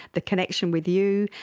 the connection with you,